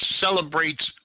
celebrates